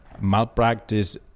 malpractice